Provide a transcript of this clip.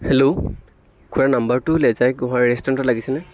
hello খুৰা নাম্বাৰটো লেজাই গোঁহাই ৰেষ্টুৰেণ্টত লাগিছেনে